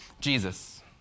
Jesus